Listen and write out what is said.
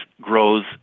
grows